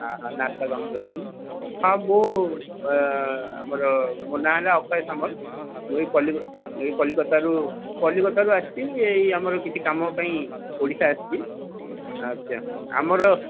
ଆ ହା ନାସ୍ତା counter counter ଅଛି ନାହିଁ ହଁ ମୁଁ ଆମର ମୋ ନାଁ ହେଲା ଅକ୍ଷୟ ସାମଲ ମୁଁ ଏଇ ଏଇ କଲିକତାରୁ କଲିକତାରୁ ଆସିଛି ଏଇ ଆମର କିଛି କାମ ପାଇଁ ଓଡ଼ିଶା ଆସିଛି ଆଚ୍ଛା ଆମର